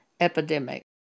epidemic